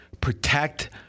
protect